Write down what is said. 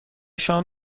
شام